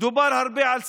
דובר הרבה על סיפוח,